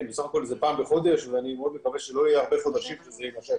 בסך הכול זה פעם בחודש ואני מאוד מקווה שלא יהיו הרבה חודשים עם כל